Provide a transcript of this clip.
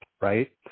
right